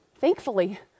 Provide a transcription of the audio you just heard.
Thankfully